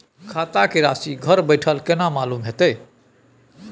खाता के राशि घर बेठल केना मालूम होते?